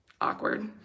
awkward